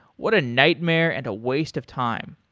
what a nightmare and a waste of time.